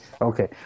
okay